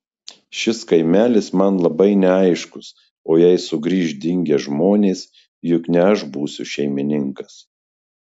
šis kaimelis man labai neaiškus o jei sugrįš dingę žmonės juk ne aš būsiu šeimininkas